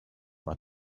war